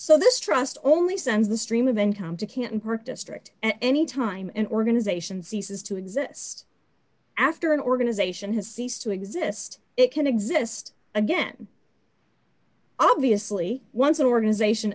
so this trust only sends the stream of income to canton park district and any time an organization ceases to exist after an organization has ceased to exist it can exist again obviously once an organization